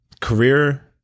career